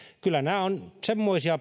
kyllä nämä ovat semmoisia